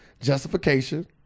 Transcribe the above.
Justification